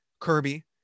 Kirby